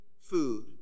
food